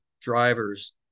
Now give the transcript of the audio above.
drivers